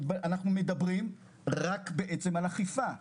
מדברים בעצם רק על אכיפה.